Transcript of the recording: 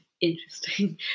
interesting